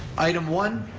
item one,